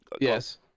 yes